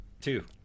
Two